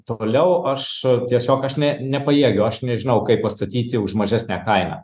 toliau aš tiesiog aš ne nepajėgiu aš nežinau kaip pastatyti už mažesnę kainą